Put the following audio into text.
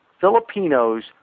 Filipinos